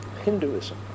Hinduism